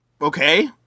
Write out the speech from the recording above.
Okay